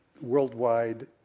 worldwide